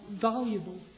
valuable